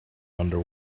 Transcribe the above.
under